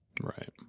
Right